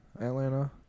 Atlanta